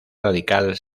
radical